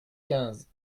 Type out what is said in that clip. quinze